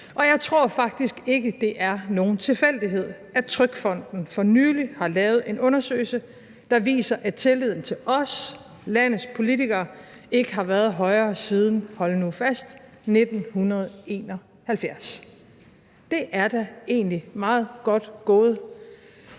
Og jeg tror faktisk ikke, det er nogen tilfældighed, at TrygFonden for nylig har lavet en undersøgelse, der viser, at tilliden til os, landets politikere, ikke har været højere siden – hold nu fast – 1971. Det er da egentlig meget godt gået